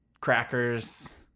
crackers